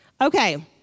Okay